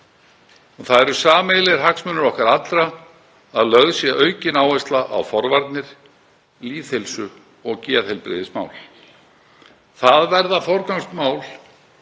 Það eru sameiginlegir hagsmunir okkar allra að lögð sé aukin áhersla á forvarnir, lýðheilsu og geðheilbrigðismál. Það verða forgangsmál